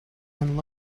and